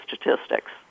statistics